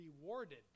rewarded